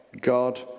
God